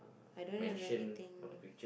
I don't have anything